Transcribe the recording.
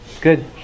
Good